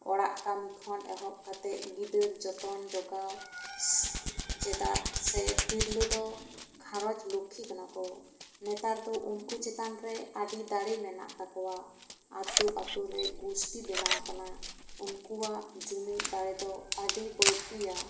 ᱚᱲᱟᱜ ᱠᱟᱱ ᱠᱷᱚᱱ ᱮᱦᱚᱵ ᱠᱟᱛᱮᱜ ᱜᱤᱫᱟᱹᱨ ᱡᱚᱛᱚᱱ ᱡᱚᱜᱟᱣ ᱪᱮᱫᱟᱜ ᱥᱮ ᱛᱤᱨᱞᱟᱹ ᱫᱚ ᱜᱷᱟᱨᱚᱸᱡᱽ ᱞᱩᱠᱷᱤ ᱠᱟᱱᱟ ᱠᱚ ᱱᱮᱛᱟᱨ ᱫᱚ ᱩᱱᱠᱩ ᱪᱮᱛᱟᱱ ᱨᱮ ᱟᱹᱰᱤ ᱫᱟᱲᱮ ᱢᱮᱱᱟᱜ ᱛᱟᱠᱚᱣᱟ ᱟᱛᱳ ᱟᱛᱳ ᱨᱮ ᱜᱩᱥᱴᱤ ᱵᱮᱱᱟᱣ ᱟᱠᱟᱱᱟ ᱩᱱᱠᱩᱣᱟᱜ ᱡᱩᱢᱤᱫ ᱫᱟᱲᱮ ᱫᱚ ᱟᱹᱰᱤ ᱵᱟᱹᱲᱛᱤᱭᱟ